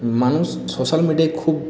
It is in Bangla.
মানুষ সোশ্যাল মিডিয়ায় খুব